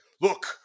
look